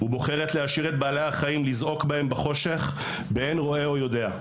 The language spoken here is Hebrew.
ובוחרת להשאיר את בעלי החיים לזעוק בהם בחושך באין רואה או יודע.